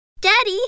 Daddy